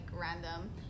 random